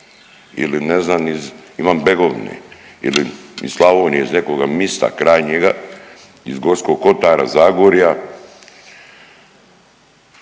ili ne znam, iz Ivangegovine ili iz Slavonije iz nekoga mista krajnjega, iz Gorskog kotara, Zagorja,